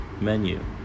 menu